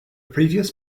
previous